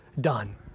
done